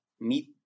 meet